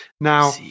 Now